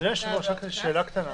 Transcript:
אדוני היושב-ראש, רק שאלה קטנה.